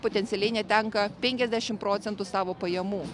potencialiai netenka penkiasdešimt procentų savo pajamų